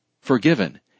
forgiven